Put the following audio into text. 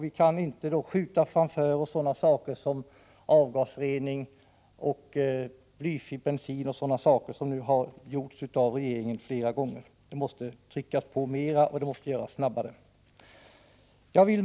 Vi kan inte skjuta framför oss sådana saker som avgasrening och blyfri bensin t.ex., som regeringen gjort flera gånger, utan man måste trycka på mera och arbetet måste gå snabbare. Herr talman!